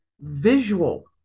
visual